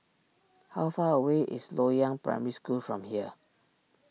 how far away is Loyang Primary School from here